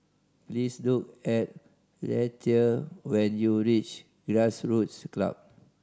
please look at Lethia when you reach Grassroots Club